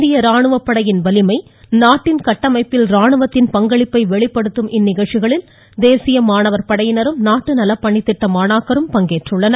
இந்திய ராணுவ படையின் வலிமை நாட்டின் கட்டமைப்பில் ராணுவனத்தின் பங்களிப்பை வெளிப்படுத்தும் இந்நிகழ்ச்சிகளில் தேசிய மாணவர் படையினரும் நாட்டு நலப்பணித்திட்ட மாணாக்கரும் பங்கேற்றுள்ளனர்